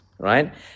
right